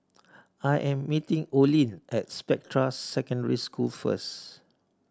I am meeting Olin at Spectra Secondary School first